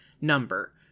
number